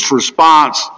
response